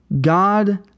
God